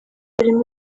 urimo